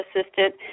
assistant